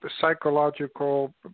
psychological